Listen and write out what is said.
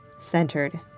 centered